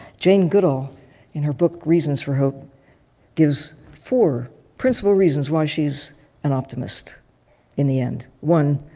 jane goodall in her book reasons for hope gives four principal reasons why she's an opt miss in the end. one,